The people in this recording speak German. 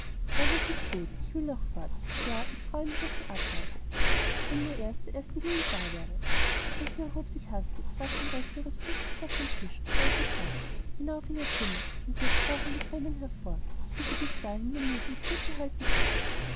aber es ist gut ich will auch fort ja ich freue mich auf die abreise wenn nur erst der erste juli da wäre und sie erhob sich hastig warf den rest ihres frühstücks auf den tisch und eilte fort hinauf in ihr zimmer und jetzt brachen die thränen hervor die sie bis dahin nur mühsam zurückgehalten hatte